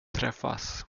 träffas